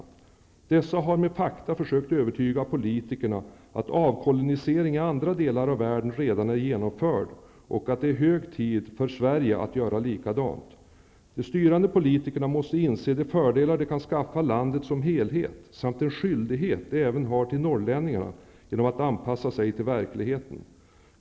Dessa har med fakta försökt övertyga politikerna om att avkolonisering i andra delar av världen redan är genomförd och att det är hög tid för Sverige att göra likadant. De styrande politikerna måste inse de fördelar de kan skaffa landet som helhet, samt den skyldighet de har även när det gäller norrlänningarna, genom att anpassa sig till verkligheten.